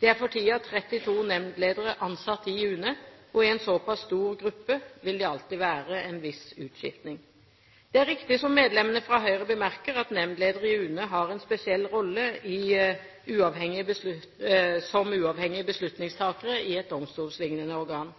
Det er for tiden 32 nemndledere ansatt i UNE, og i en såpass stor gruppe vil det alltid være en viss utskiftning. Det er riktig, som medlemmene fra Høyre bemerker, at nemndlederne i UNE har en spesiell rolle som uavhengige beslutningstakere i et domstollignende organ.